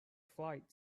flight